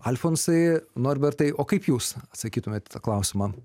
alfonsai norbertai o kaip jūs atsakytumėt į tą klausimą